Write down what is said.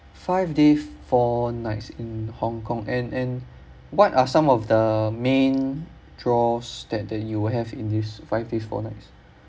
five day four nights in hong kong and and what are some of the main draws that that you will have in this five days four nights